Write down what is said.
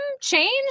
change